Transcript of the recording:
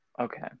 okay